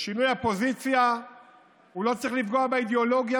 שינוי הפוזיציה לא צריך לפגוע באידיאולוגיה